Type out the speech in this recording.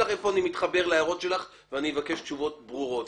לך היכן אני מתחבר להערות שלך ואני אבקש תשובות ברורות.